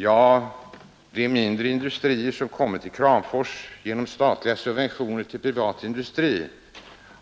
Ja, de mindre industrier som kommit till Kramfors genom statliga subventioner till privat industri